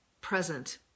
present